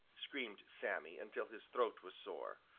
screamed sammy until his throat was sore.